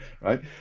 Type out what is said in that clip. right